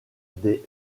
des